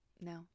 no